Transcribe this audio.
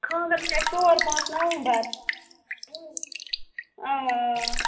خاندر چھُ اَسہِ ژور پانٛژھ نومبر آ آ